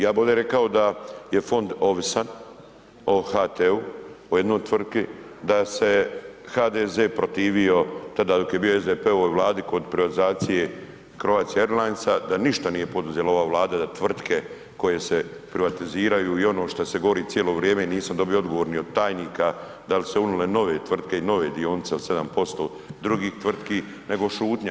Ja bi ovdje rekao da je fond ovisan o HT-u, o jednoj tvrtki, da se HDZ protivio tada dok je bio u SDP-ovoj Vladi kod privatizacije Croatia Airlines da ništa nije poduzela ova Vlada, da tvrtke koje se privatiziraju i ono šta se govori cijelo vrijeme i nisam dobio odgovor ni od tajnika, dal su se unile nove tvrtke i nove dionice od 7% drugih tvrtki, nego šutnja.